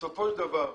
בסופו של דבר,